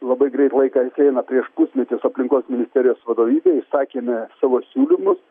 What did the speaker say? labai greit laikas eina prieš pusmetį su aplinkos ministerijos vadovybe išsakėme savo siūlymus